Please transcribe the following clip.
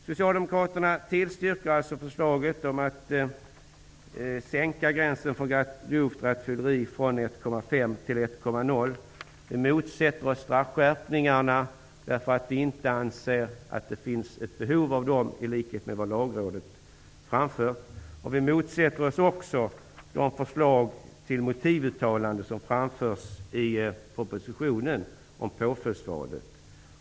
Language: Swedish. Socialdemokraterna tillstyrker alltså förslaget om att gränsen för grovt rattfylleri skall sänkas från 1,5 till 1,0 . Vi motsätter oss straffskärpningarna, eftersom vi i likhet med Lagrådet anser att det inte finns något behov av sådana. Vi motsätter oss också de förslag till motivuttalanden som framförs i propositionen om påföljdsvalet.